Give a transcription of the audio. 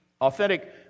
authentic